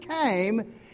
came